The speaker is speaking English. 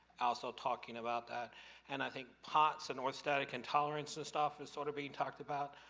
also talking about that and i think pots, and orthostatic intolerance, and stuff, is sort of being talked about.